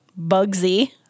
bugsy